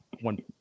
one